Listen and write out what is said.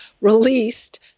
released